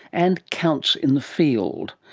and counts in the field.